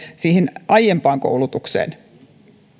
siihen aiempaan koulutukseen